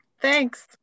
Thanks